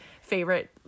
favorite